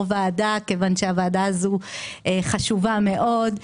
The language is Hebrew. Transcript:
ועדה מכיוון שהוועדה הזאת חשובה מאוד.